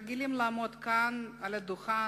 רגילים לעמוד מעל הדוכן,